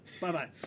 Bye-bye